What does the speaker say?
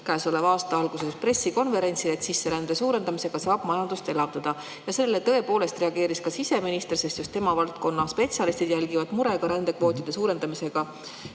käesoleva aasta alguses pressikonverentsil. Sisserände suurendamisega saab justkui majandust elavdada. Sellele reageeris ka siseminister, sest just tema valdkonna spetsialistid jälgivad murega rändekvootide suurendamisega